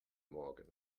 morgen